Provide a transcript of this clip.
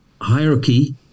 hierarchy